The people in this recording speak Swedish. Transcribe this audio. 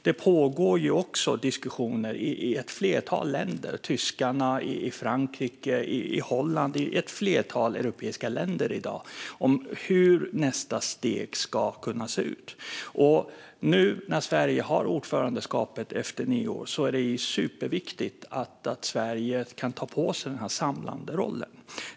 Det pågår i dag diskussioner i ett flertal europeiska länder, såsom Tyskland, Frankrike och Holland, om hur nästa steg skulle kunna se ut. Nu när Sverige har ordförandeskapet efter nyår är det superviktigt att Sverige kan ta på sig den här samlande rollen.